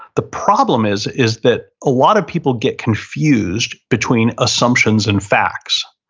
the problem is is that a lot of people get confused between assumptions and facts.